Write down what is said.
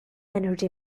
energy